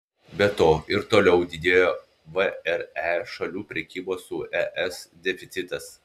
be to ir toliau didėjo vre šalių prekybos su es deficitas